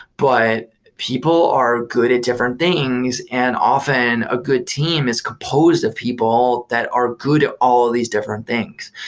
but people are good at different things and often a good team is composed of people that are good at all of these different things.